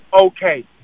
okay